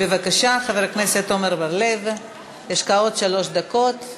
בבקשה, חבר הכנסת עמר בר-לב, יש לך עוד שלוש דקות.